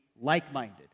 like-minded